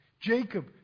Jacob